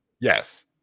yes